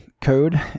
code